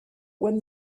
when